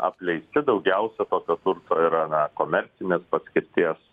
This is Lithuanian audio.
apleisti daugiausia tokio turto yra na komercinės paskirties